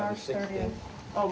are serious oh